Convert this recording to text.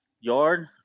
Yard